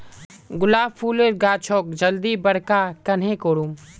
गुलाब फूलेर गाछोक जल्दी बड़का कन्हे करूम?